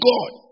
God